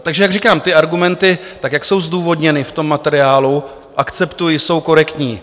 Takže jak říkám, ty argumenty tak, jak jsou zdůvodněny v tom materiálu, akceptuji, že jsou korektní.